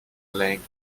playing